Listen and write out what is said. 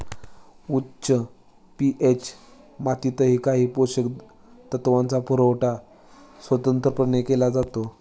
उच्च पी.एच मातीतही काही पोषक तत्वांचा पुरवठा स्वतंत्रपणे केला जातो